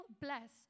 bless